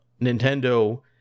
nintendo